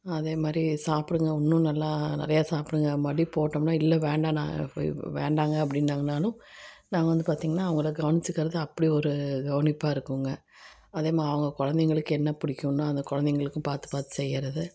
அதே மாதிரி சாப்பிடுங்க இன்னும் நல்லா நிறைய சாப்பிடுங்க மறுபடி போட்டோம்னா இல்லை வேண்டாம் நான் வேண்டாங்க அப்படின்னாங்கனாலும் நாங்கள் வந்து பார்த்திங்கனா அவங்கள கவனிச்சிக்கிறது அப்படி ஒரு கவனிப்பாக இருக்குங்க அதே மா அவங்க குழந்தைங்களுக்கு என்ன பிடிக்குன்னு அந்த குழந்தைங்களுக்கும் பார்த்து பார்த்து செய்யிறது